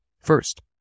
First